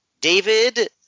David